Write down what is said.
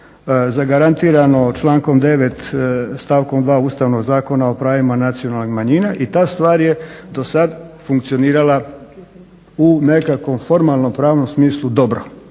zagarantirano člankom 9. stavkom 2. Ustavnog zakona o pravima nacionalnih manjina i ta stvar je do sad funkcionirala u nekakvom formalno-pravnom smislu dobro.